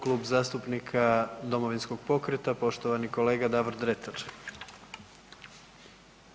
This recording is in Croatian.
Klub zastupnika Domovinskog pokreta poštovani kolega Davor Dretar.